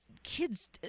kids